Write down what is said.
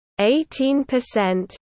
18%